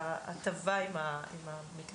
ההטבה עם ה- --,